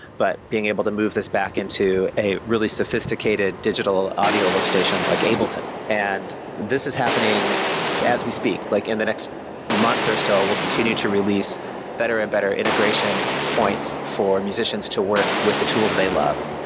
but being able to move this back into a really sophisticated digital audio workstation like ableton and this is happening as we speak. like in the next month or so, we'll continue to release better and better integration points for musicians to work with the tools they love.